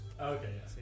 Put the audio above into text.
Okay